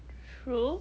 true